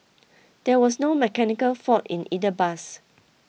there was no mechanical fault in either bus